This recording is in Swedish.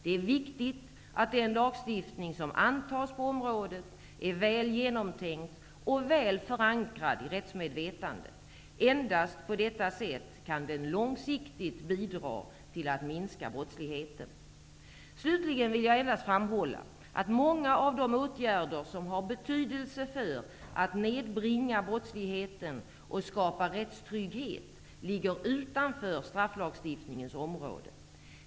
Det är viktigt att den lagstiftning som antas på området är väl genomtänkt och väl förankrad i rättsmedvetandet. Endast på detta sätt kan den långsiktigt bidra till att minska brottsligheten. Slutligen vill jag framhålla att många av de åtgärder som har betydelse för att nedbringa brottslighet och skapa rättstrygghet ligger utanför strafflagstiftningens område.